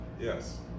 Yes